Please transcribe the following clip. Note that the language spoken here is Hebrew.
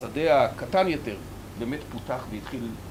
שדה הקטן יותר באמת פותח ויתחיל...